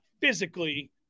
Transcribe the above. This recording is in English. physically